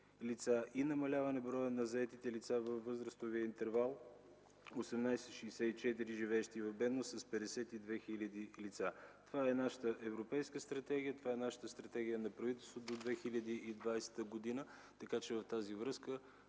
лица, и намаляване броя на заетите лица във възрастовия интервал 18-64 години, живеещи в бедност, с 52 хил. лица. Това е нашата европейска стратегия. Това е стратегията на правителството до 2020 г. Така че в тази връзка